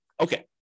Okay